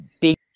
big